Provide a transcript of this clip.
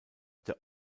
der